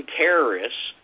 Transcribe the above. terrorists